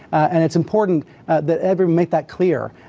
and it's important that everyone make that clear.